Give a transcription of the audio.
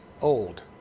old